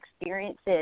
experiences